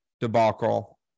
debacle